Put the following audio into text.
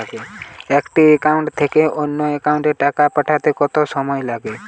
একটি একাউন্ট থেকে অন্য একাউন্টে টাকা পাঠাতে কত সময় লাগে?